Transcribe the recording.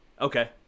Okay